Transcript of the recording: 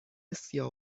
سیاه